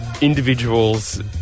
individuals